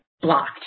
blocked